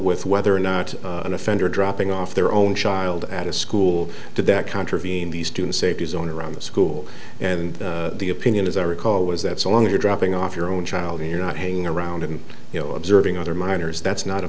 with whether or not an offender dropping off their own child at a school did that contravene the student safety zone around the school and the opinion as i recall was that so long as you're dropping off your own child and you're not hanging around and you know observing other minors that's not a